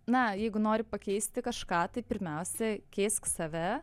na jeigu nori pakeisti kažką tai pirmiausia keisk save